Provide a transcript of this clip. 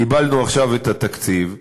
קיבלנו עכשיו את התקציב,